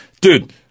dude